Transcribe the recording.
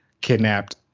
kidnapped